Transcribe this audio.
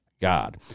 God